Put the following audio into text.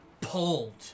pulled